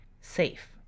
safe